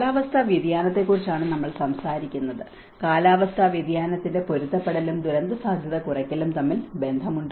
കാലാവസ്ഥാ വ്യതിയാനത്തെക്കുറിച്ചാണ് നമ്മൾ സംസാരിക്കുന്നത് കാലാവസ്ഥാ വ്യതിയാനത്തിന്റെ പൊരുത്തപ്പെടുത്തലും ദുരന്തസാധ്യത കുറയ്ക്കലും തമ്മിൽ ബന്ധമുണ്ടോ